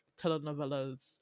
telenovelas